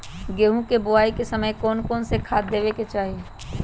गेंहू के बोआई के समय कौन कौन से खाद देवे के चाही?